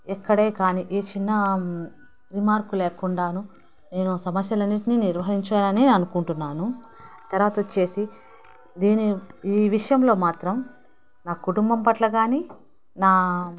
ఎక్కడే కాని ఏ చిన్న రిమార్కు లేకుండానూ నేను సమస్యలన్నింటినీ నిర్వహించాననే అనుకుంటున్నాను తర్వాతోచ్చేసి దీని ఈ విషయంలో మాత్రం నా కుటుంబం పట్లగాని నా